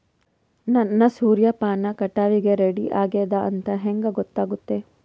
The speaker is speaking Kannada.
ನನ್ನ ಸೂರ್ಯಪಾನ ಕಟಾವಿಗೆ ರೆಡಿ ಆಗೇದ ಅಂತ ಹೆಂಗ ಗೊತ್ತಾಗುತ್ತೆ?